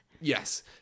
Yes